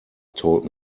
told